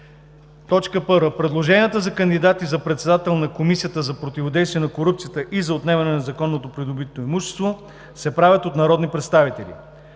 имущество 1. Предложенията за кандидати за председател на Комисията за противодействие на корупцията и за отнемане на незаконно придобитото имущество се правят от народни представители.